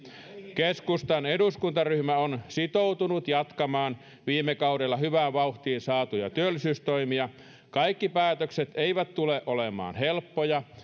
keskustan eduskuntaryhmä on sitoutunut jatkamaan viime kaudella hyvään vauhtiin saatuja työllisyystoimia kaikki päätökset eivät tule olemaan helppoja